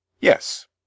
Yes